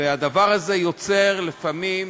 והדבר הזה יוצר לפעמים,